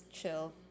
chill